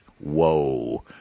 Whoa